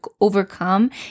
overcome